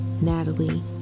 Natalie